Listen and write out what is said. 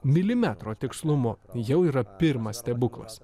milimetro tikslumu jau yra pirmas stebuklas